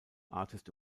artist